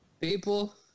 people